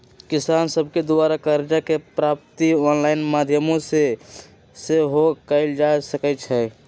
किसान सभके द्वारा करजा के प्राप्ति ऑनलाइन माध्यमो से सेहो कएल जा सकइ छै